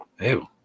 Ew